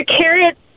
carrot